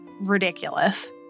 ridiculous